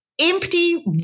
empty